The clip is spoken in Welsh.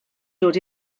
dod